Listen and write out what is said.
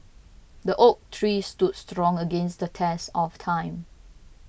the oak tree stood strong against the test of time